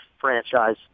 franchise